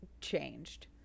changed